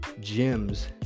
gems